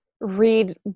read